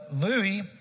Louis